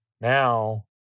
Now